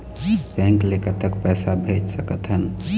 Bank ले कतक पैसा भेज सकथन?